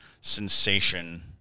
sensation